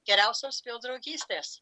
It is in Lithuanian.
geriausios vėl draugystės